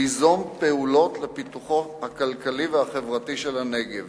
ליזום פעולות לפיתוחו הכלכלי והחברתי של הנגב,